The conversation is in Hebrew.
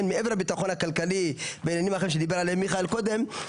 מעבר לביטחון הכלכלי בעניינים אחרים שדיבר עליהם מיכאל קודם,